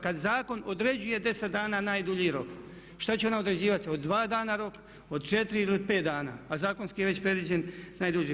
Kad zakon određuje 10 dana najdulji rok, šta će ona određivati od 2 dana rok, od 4 ili od 5 dana a zakonski je već predviđen najduži?